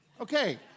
Okay